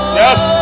yes